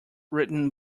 written